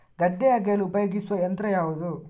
ಗದ್ದೆ ಅಗೆಯಲು ಉಪಯೋಗಿಸುವ ಯಂತ್ರ ಯಾವುದು?